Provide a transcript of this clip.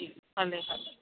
जी हले